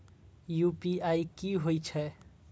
UPI की होई छै?